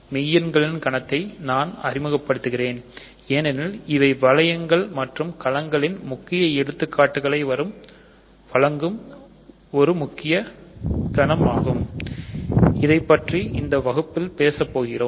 மெய்யெண்களின் கணத்தை நான் அறிமுகபடுத்துகிறேன் ஏனெனில் இவை வளையங்கள் மற்றும் களங்களில் முக்கிய எடுத்துக்காட்டுகளை வழங்கும் ம்முக்கிய கணம் ஆகும் இதைப் பற்றி இந்த வகுப்பில் பேச போகிறோம்